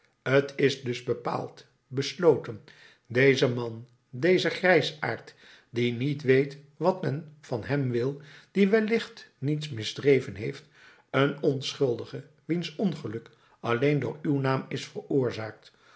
t is dus bepaald besloten deze man deze grijsaard die niet weet wat men van hem wil die wellicht niets misdreven heeft een onschuldige wiens ongeluk alleen door uw naam is veroorzaakt